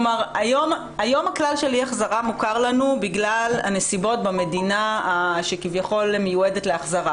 היום הכלל של אי החזרה בגלל נסיבות של המדינה שמיועדת להחזרה,